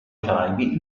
caraibi